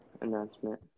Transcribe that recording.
announcement